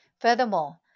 Furthermore